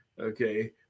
okay